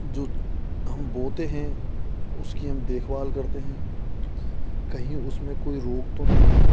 जो हम बोते हैं उसकी हम देखभाल करते हैं कहीं उसमें कोई रोग तो नहीं है